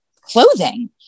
clothing